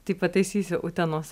tik pataisysiu utenos